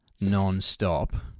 nonstop